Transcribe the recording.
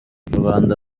rwanda